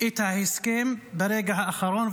את ההסכם ברגע האחרון.